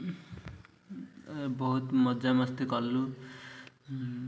ବହୁତ ମଜାମସ୍ତି କଲୁ